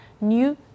new